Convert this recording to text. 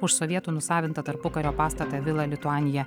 už sovietų nusavintą tarpukario pastatą vila lituanija